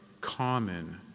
common